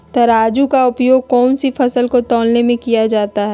तराजू का उपयोग कौन सी फसल को तौलने में किया जाता है?